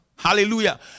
Hallelujah